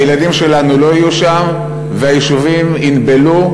הילדים שלנו לא יהיו שם והיישובים ייבלו,